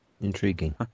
Intriguing